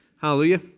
Hallelujah